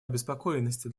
обеспокоенности